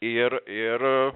ir ir